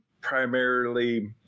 primarily